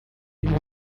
y’ibi